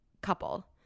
couple